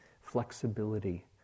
Flexibility